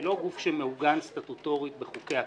היא לא גוף שמעוגן סטטוטורית בחוקי הכנסת.